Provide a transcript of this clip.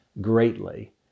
Greatly